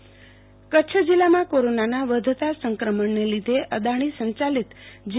general hospital Kutch જિલ્લામાં કોરોનાના વધતા સંક્રમણને લીધે અદાણી સંચાલિત જી